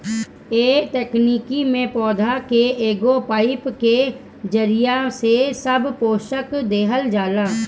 ए तकनीकी में पौधा के एगो पाईप के जरिया से सब पोषक देहल जाला